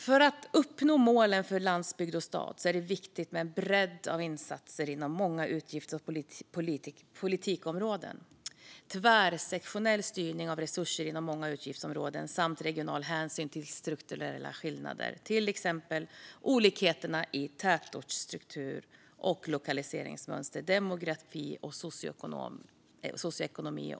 För att uppnå målen för landsbygd och stad är det viktigt med en bredd av insatser inom många utgifts och politikområden - tvärsektoriell styrning av resurser inom många utgiftsområden samt regional hänsyn till strukturella skillnader, till exempel olikheter i tätortsstruktur och lokaliseringsmönster, demografi, socioekonomi och näringsliv.